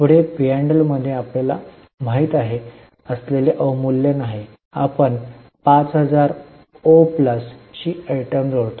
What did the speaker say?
पुढे पी आणि एल मध्ये आपल्याला माहित असलेले अवमूल्यन आहे आपण 5000 ओ प्लस ची आयटम जोडतो